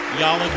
y'all are